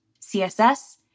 CSS